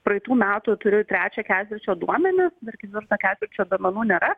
praeitų metų turiu trečiojo ketvirčio duomenis nu ir ketvirto ketvirčio duomenų nėra